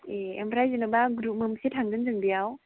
ए ओमफ्राइ जेनोबा ग्रुप मोनबेसे थांगोन जों बेयाव